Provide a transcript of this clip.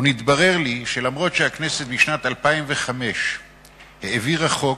התברר לי שאף-על-פי שבשנת 2005 הכנסת העבירה חוק,